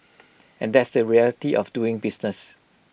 and that's the reality of doing business